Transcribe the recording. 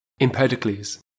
Empedocles